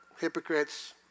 hypocrites